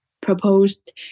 proposed